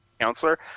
Counselor